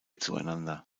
zueinander